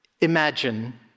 imagine